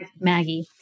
Maggie